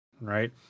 Right